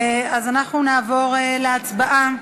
אנחנו נעבור להצבעה,